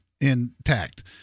intact